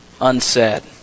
unsaid